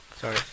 Sorry